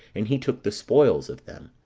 and he took the spoils of them.